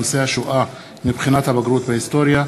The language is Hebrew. נושא השואה מבחינת הבגרות בהיסטוריה.